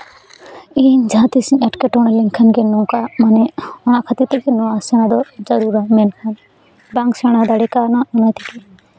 ᱤᱧ ᱡᱟᱦᱟᱸ ᱛᱤᱥ ᱤᱧ ᱮᱸᱴᱠᱮᱴᱚᱬᱮ ᱞᱮᱱᱠᱷᱟᱱ ᱜᱮ ᱱᱚᱝᱠᱟ ᱢᱟᱱᱮ ᱱᱚᱣᱟ ᱠᱷᱟᱹᱛᱤᱨ ᱛᱮᱜᱮ ᱱᱚᱣᱟ ᱟᱥᱲᱟ ᱫᱚ ᱵᱟᱝ ᱥᱮᱬᱟ ᱫᱟᱲᱮ ᱠᱟᱣᱫᱟ ᱚᱱᱟ ᱛᱮᱜᱮ